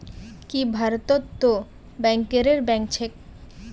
की भारतत तो बैंकरेर बैंक छेक